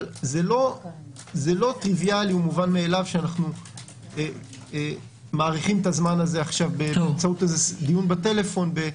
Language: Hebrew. אבל לא מובן מאליו שאנחנו מאריכים את הזמן הזה באמצעות דיון בטלפון.